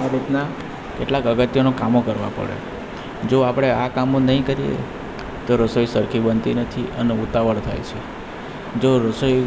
આ રીતના કેટલાક અગત્યોના કામો કરવા પડે જો આપણે આ કામો નઇ કરીએ તો રસોઈ સરખી બનતી નથી અને ઉતાવળ થાય છે જો રસોઈ